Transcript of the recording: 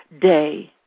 day